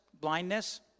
blindness